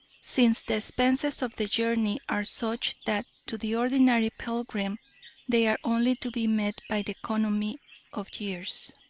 since the expenses of the journey are such that to the ordinary pilgrim they are only to be met by the economy of years.